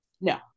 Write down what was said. No